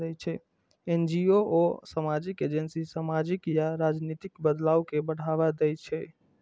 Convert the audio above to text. NGO आ सामाजिक agency सामाजिक या राजनीतिक बदलाव कें बढ़ावा दै छै